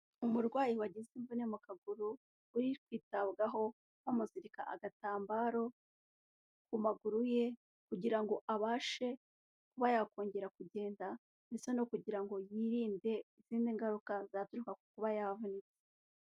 Umurwayi wagize imvune mu kaguru, uri kwitabwaho, bamuzirika agatambaro ku maguru ye kugira ngo abashe kuba yakongera kugenda ndetse no kugira ngo yirinde izindi ngaruka zaturuka ku kuba yavunitse.